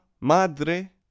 madre